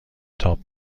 تاپ